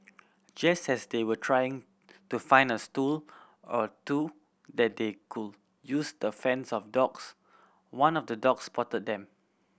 just as they were trying to find a stool or two that they could use to fends off dogs one of the dogs spotted them